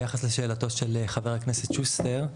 ביחס לשאלתו של חבר הכנסת שוסטר,